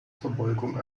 verbeugung